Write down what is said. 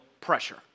pressure